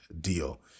deal